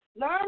learn